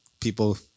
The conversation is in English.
people